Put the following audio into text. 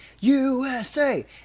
USA